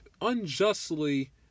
unjustly